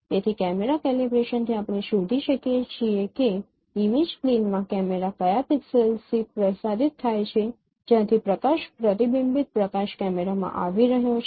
તેથી કેમેરા કેલિબ્રેશનથી આપણે શોધી શકીએ છીએ કે ઇમેજ પ્લેનમાં કેમેરાના કયા પિક્સેલથી પ્રકાશિત થાય છે જ્યાંથી પ્રકાશ પ્રતિબિંબિત પ્રકાશ કેમેરામાં આવી રહ્યો છે